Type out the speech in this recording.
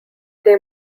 they